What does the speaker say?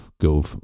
go